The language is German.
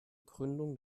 gründung